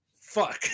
Fuck